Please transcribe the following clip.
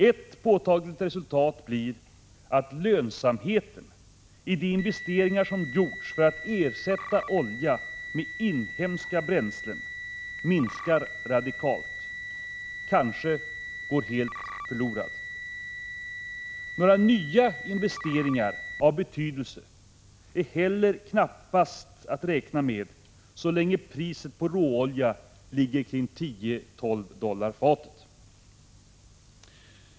Ett påtagligt resultat blir att lönsamheten i de investeringar som gjorts för att ersätta olja med inhemska bränslen minskar radikalt eller kanske går helt förlorad. Några nya sådana investeringar av betydelse är heller knappast att räkna med så länge priset på råolja ligger på 10-12 dollar fatet.